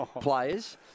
players